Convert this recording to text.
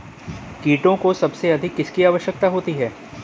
कीटों को सबसे अधिक किसकी आवश्यकता होती है?